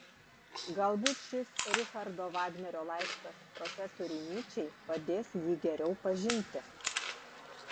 galbūt šis richardo vagnerio laiškas profesoriui nyčei padės jį geriau pažinti